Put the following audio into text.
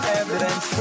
evidence